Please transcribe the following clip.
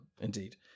indeed